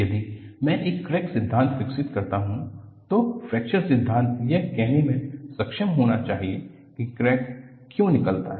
यदि मैं एक फ्रैक्चर सिद्धांत विकसित करता हूं तो फ्रैक्चर सिद्धांत यह कहने में सक्षम होना चाहिए कि क्रैक क्यों निकलता है